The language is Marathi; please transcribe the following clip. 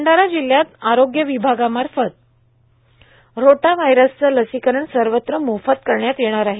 भंडारा जिल्हयात आरोग्य विभागामाफत रोटा व्हायरसचे लसीकरण सवत्र मोफत करण्यात येणार आहे